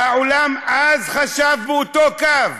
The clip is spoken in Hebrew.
והעולם אז חשב באותו קו,